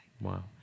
Wow